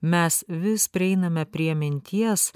mes vis prieiname prie minties